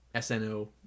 SNO